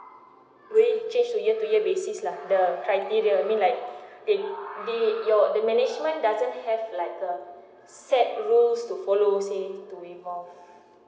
would it change year to year basis lah the criteria I mean did your the management doesn't have like a set rules to follow saying to waive off